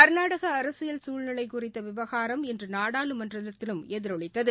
கர்நாடகஅரசியல் குழ்நிலைகுறித்தவிவகாரம் இன்றுநாடாளுமன்றத்திலும் எதிரொலித்தது